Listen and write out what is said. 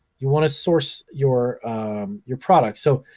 you want to source your your product. so,